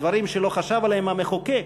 דברים שלא חשב עליהם המחוקק.